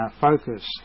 focused